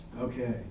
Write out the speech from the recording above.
okay